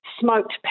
smoked